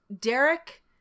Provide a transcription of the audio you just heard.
Derek